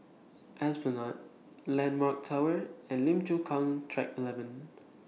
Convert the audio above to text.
Esplanade Landmark Tower and Lim Chu Kang Track eleven